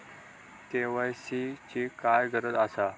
KYC ची काय गरज आसा?